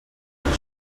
can